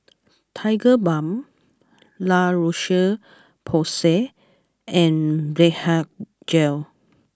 Tigerbalm La Roche Porsay and Blephagel